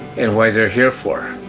and why they're here for.